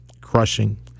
crushing